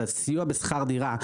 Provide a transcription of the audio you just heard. את הסיוע בשכר דירה.